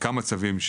כמה צווים,